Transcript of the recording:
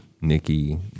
Nikki